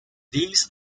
these